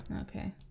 Okay